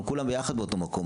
אנחנו כולנו ביחד באותו מקום,